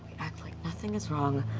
act like nothing is wrong.